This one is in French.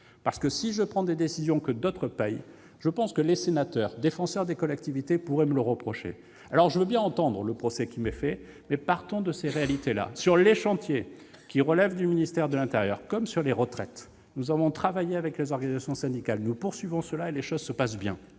effet, si je prenais des décisions que d'autres paient, je pense que les sénateurs, défenseurs des collectivités, pourraient me le reprocher ... Je veux bien entendre le procès qui m'est fait, mais partons de ces réalités. Sur les chantiers qui relèvent du ministère de l'intérieur, comme celui des retraites, par exemple, nous avons travaillé avec les organisations syndicales. Les choses suivent leur cours et se passent bien,